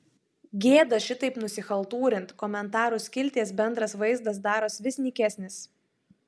gėda šitaip nusichaltūrint komentarų skilties bendras vaizdas daros vis nykesnis